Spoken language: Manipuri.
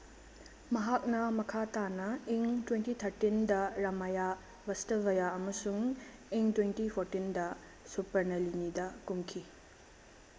ꯃꯍꯥꯛꯅ ꯃꯈꯥ ꯇꯥꯅ ꯏꯪ ꯇ꯭ꯋꯦꯟꯇꯤ ꯊꯥꯔꯇꯤꯟꯗ ꯔꯃꯥꯌꯥ ꯚꯁꯇꯚꯥꯌꯥ ꯑꯃꯁꯨꯡ ꯏꯪ ꯇ꯭ꯋꯦꯟꯇꯤ ꯐꯣꯔꯇꯤꯟꯗ ꯁꯨꯄꯔꯅꯂꯤꯅꯤꯗ ꯀꯨꯝꯈꯤ